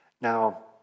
Now